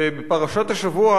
ובפרשת השבוע,